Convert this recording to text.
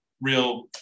real